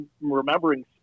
remembering